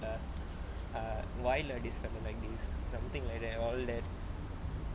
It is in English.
err err why like this why are they like this something like that all that